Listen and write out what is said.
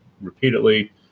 repeatedly